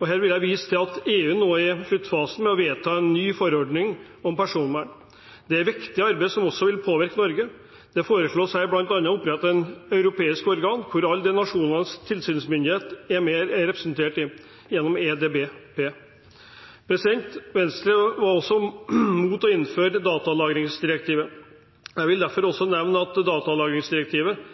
Jeg vil her vise til at EU nå er i sluttfasen med å vedta en ny forordning om personvern. Dette er et viktig arbeid som også vil påvirke Norge. Det foreslås her bl.a. å opprette et europeisk organ, EDPB, hvor alle nasjonenes tilsynsmyndigheter er representert. Venstre var imot å innføre datalagringsdirektivet. Jeg vil derfor også nevne at datalagringsdirektivet,